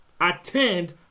Attend